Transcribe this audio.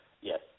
Yes